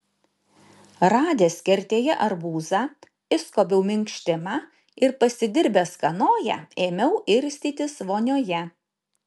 radęs kertėje arbūzą išskobiau minkštimą ir pasidirbęs kanoją ėmiau irstytis vonioje